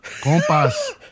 Compass